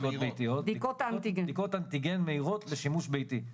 בדיקות אנטיגן מהירות לשימוש ביתי.